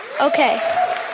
Okay